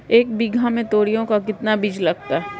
एक बीघा में तोरियां का कितना बीज लगता है?